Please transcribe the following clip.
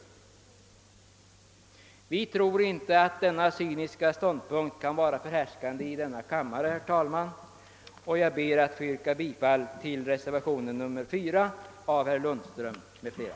Vi tror inte att denna cyniska ståndpunkt kan vara förhärskande i denna kammare, herr talman, och jag ber därför att få yrka bifall till reservationen nr 4 av herr Lundström m.fl.